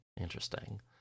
Interesting